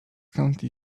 county